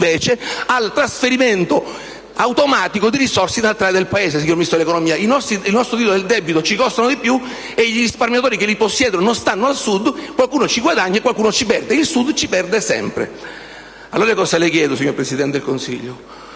invece al trasferimento automatico di risorse in altre aree del Paese, signor Ministro dell'economia. I nostri titoli del debito ci costano di più, i risparmiatori che li possiedono non stanno al Sud, qualcuno ci guadagna e qualcuno ci perde; il Sud ci perde sempre. Cosa le chiedo, allora, signor Presidente del Consiglio?